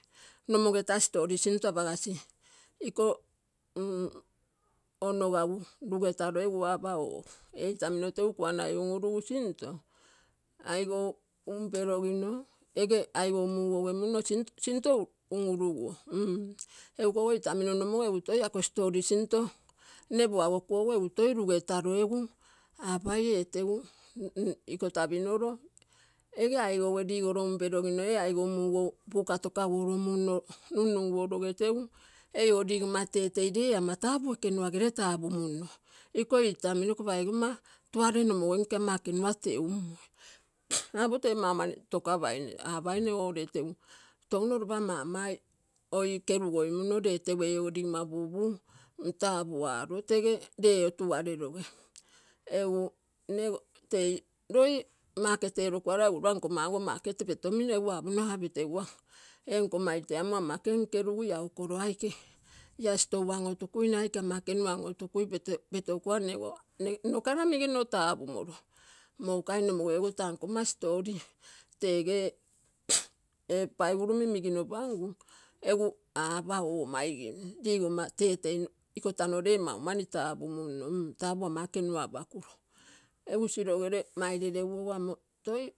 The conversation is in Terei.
Nomge taa story sinto apagasi iko mm onkagu lugetalo egu apa oo. Ee itamino tegu kuanai unurugu sinto, aikou um pelogino ege aikou mugouge munno sinto unuruguo egu ikogo itamino nomoge egu toi ake story sinto mm nne puagognu egu toi lugetalo apai ee tegu iko tapinolo iko tapinilo ege aikouge ligolo um pelogino ee aikou mugou buka togaguolo munno nunuguologe tegu eiogo ligonma tetei re ama tapuu ekenua gere tapumuno iko itamino iko paiganma tuare nomogenge ama ekenua teumoi apo toi mau mani togapai apaine ree tegu touno lopa mamai oi kerugoimuno ree tegu eicogo ilonma pupu tapualo tege otugareieree. Tgu nne tei loi market eroguala egu ropa nkonma ogo market petomio mino aga petega ee nkonma ite amo ama kenkerugu eikolo aike, ia store onotuguine aike ama ekenua, aike ekenua onotugui petegua one ogo nno karamige nno tapumolo mougai nomgeogo taa nkonma story tegee paigurumi mikinopangu apa oo maigim. Ligoma tete iko tanore mau mani tapumunno mm tapuu ama ekenua apaguro egu silogere maire regho ogo amo toi.